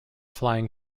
flying